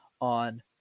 on